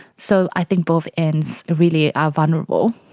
so i think both ends really are vulnerable.